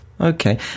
okay